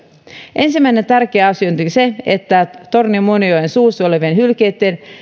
ensimmäinen tärkeä asia on se että tornion muonionjoen suussa olevien hylkeitten